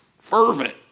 fervent